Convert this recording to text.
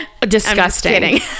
disgusting